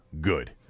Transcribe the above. good